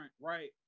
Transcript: right